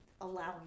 allowing